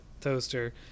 Toaster